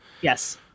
Yes